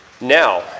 Now